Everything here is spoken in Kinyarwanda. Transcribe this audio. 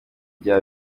bya